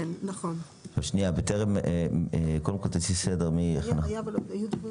הח"כים, מן הסתם, ובטח גם הציבור, לא היו יכולים